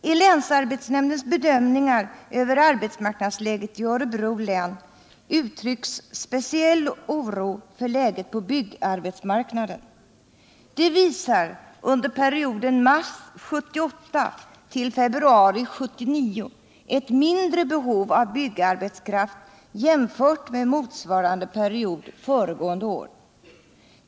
I länsarbetsnämndens bedömningar över arbetsmark nadsläget i Örebro län uttrycks speciellt stor oro för läget på byggarbetsmarknaden. De visar under perioden mars 1978 till februari 1979 ett mindre behov av byggarbetskraft jämfört med motsvarande period föregående år.